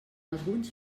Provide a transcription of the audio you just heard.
alguns